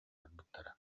барбыттара